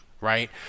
right